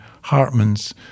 Hartmann's